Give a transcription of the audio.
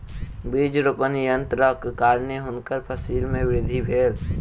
बीज रोपण यन्त्रक कारणेँ हुनकर फसिल मे वृद्धि भेलैन